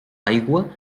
aigua